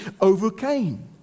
overcame